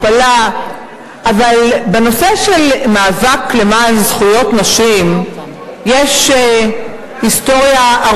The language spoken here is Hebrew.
רבותי, רבותי, עוד מעט נגיע, איפה המשטרה.